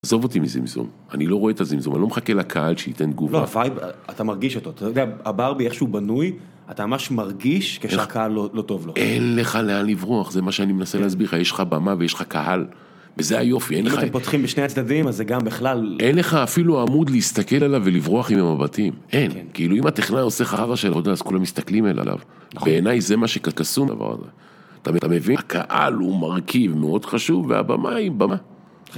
עזוב אותי מזימזום אני לא רואה תזימזום אני לא מחכה לקהל שייתן תגובה לא פייב את מרגיש אותו הברבי איך שהוא בנוי אתה ממש מרגיש כשהקהל לא טוב לו אין לך לאן לברוח זה מה שאני מנסה להסביר לך יש לך במה ויש לך קהל וזה היופי ואם פותחים בשני הצדדים אז זה גם בכלל אין לך אפילו עמוד להסתכל עליו ולברוח עם המבטים אין כאילו אם הטכנאי עושה חרא של עבודה אז כולם מסתכלים אליו בעיני זה מה שקסום אתה מביך קהל הוא מרכיב מאד חשוב והבמאי במאי